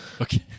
Okay